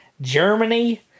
germany